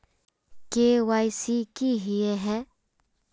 KYC की हिये है?